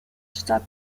stop